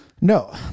no